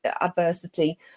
adversity